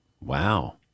Wow